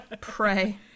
pray